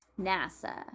nasa